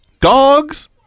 Dogs